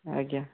ଆଜ୍ଞା